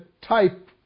type